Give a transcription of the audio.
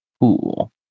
Cool